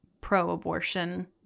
pro-abortion